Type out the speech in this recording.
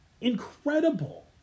incredible